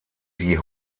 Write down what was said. die